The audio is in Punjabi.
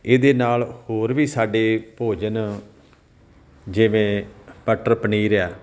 ਇਹਦੇ ਨਾਲ ਹੋਰ ਵੀ ਸਾਡੇ ਭੋਜਨ ਜਿਵੇਂ ਮਟਰ ਪਨੀਰ ਆ